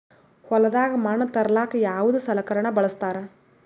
ಹೊಲದಾಗ ಮಣ್ ತರಲಾಕ ಯಾವದ ಸಲಕರಣ ಬಳಸತಾರ?